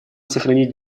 сохранить